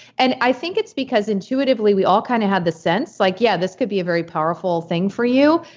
and i think it's because intuitively we all kind of had the sense like, yeah, this could be a very powerful thing for you,